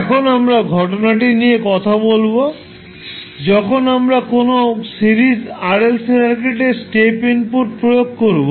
এখন আমরা ঘটনাটি নিয়ে কথা বলবো যখন আমরা কোনও সিরিজ RLC সার্কিটের স্টেপ ইনপুট প্রয়োগ করবো